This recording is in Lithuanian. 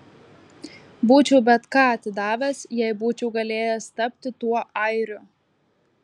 būčiau bet ką atidavęs jei būčiau galėjęs tapti tuo airiu